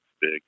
big